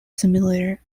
simulator